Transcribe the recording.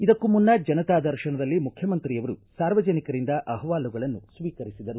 ಇದಕ್ಕೂ ಮುನ್ನ ಜನತಾ ದರ್ಶನದಲ್ಲಿ ಮುಖ್ಯಮಂತ್ರಿಯವರು ಸಾರ್ವಜನಿಕರಿಂದ ಅಹವಾಲುಗಳನ್ನು ಸ್ವೀಕರಿಸಿದರು